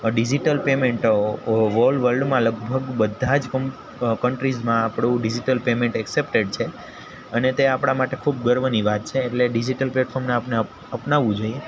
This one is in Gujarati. ડિઝિટલ પેમેન્ટો વોલ વલ્ડમાં લગભગ બધા જ કન્ટ્રીસમાં આપણું ડિઝિટલ પેમેન્ટ એકસેપટેડ છે અને તે આપણા માટે ખૂબ ગર્વની વાત છે એટલે ડિઝિટલ પ્લેટફોર્મને આપણે અપનાવવું જોઈએ